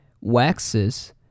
waxes